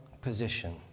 position